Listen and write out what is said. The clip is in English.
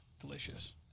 delicious